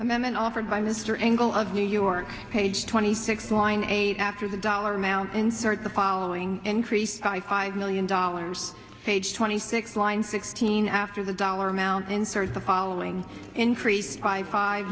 m n offered by mr engel of new york page twenty six line eight after the dollar amount insert the following increased by five million dollars page twenty six line sixteen after the dollar amount in thirds the following increased by five